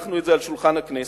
הנחנו את זה על שולחן הכנסת